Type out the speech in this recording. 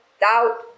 doubt